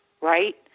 right